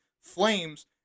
flames